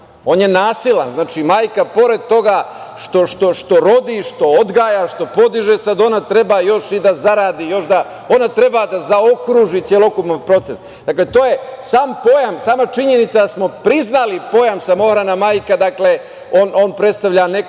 je nasilan. Majka, pored toga što rodi, što odgaja, što podiže, sad ona treba još i da zaradi, još treba da zaokruži celokupan proces. Dakle, to je sam pojam, sama činjenica da smo priznali pojam – samohrana majka. On predstavlja neku